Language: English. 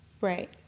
Right